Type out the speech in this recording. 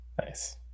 Nice